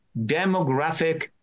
demographic